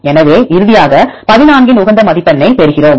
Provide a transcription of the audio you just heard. எனவே இறுதியாக 14 இன் உகந்த மதிப்பெண்ணைப் பெறுகிறோம்